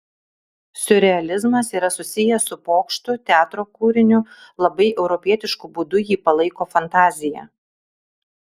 siurrealizmas yra susijęs su pokštu teatro kūriniu labai europietišku būdu jį palaiko fantazija